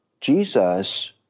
Jesus